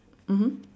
mmhmm